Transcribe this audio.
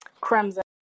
Crimson